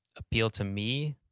appeal, to me?